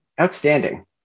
Outstanding